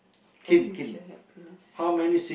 for future happiness